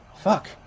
Fuck